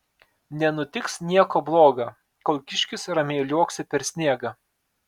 nenutiks nieko bloga kol kiškis ramiai liuoksi per sniegą